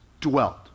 dwelt